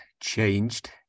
changed